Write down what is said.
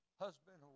husband